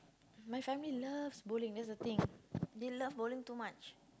my family loves bowling that's the thing they love bowling too much